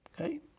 Okay